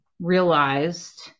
realized